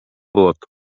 болот